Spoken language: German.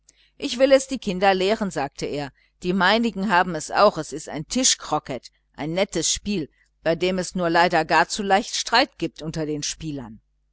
ich will es den kindern lehren sagte er die meinigen haben es auch es ist ein tischcroquet ein nettes spiel bei dem es nur leider gar zu leicht streit gibt unter den spielern